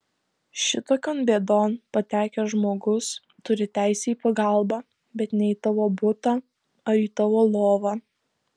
šitokion bėdon patekęs žmogus turi teisę į pagalbą bet ne į tavo butą ar į tavo lovą